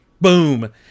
Boom